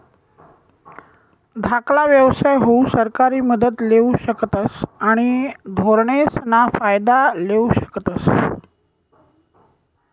धाकला व्यवसाय हाऊ सरकारी मदत लेवू शकतस आणि धोरणेसना फायदा लेवू शकतस